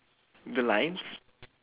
the lines